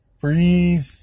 breathe